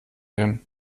hin